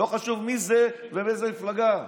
לא חשוב מי זה ומאיזו מפלגה,